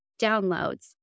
downloads